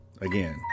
Again